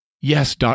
yes